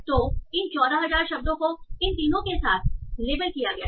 तो इन 14000 शब्दों को इन तीनों के साथ लेबल किया गया है